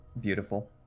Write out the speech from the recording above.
Beautiful